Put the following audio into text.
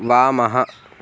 वामः